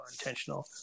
intentional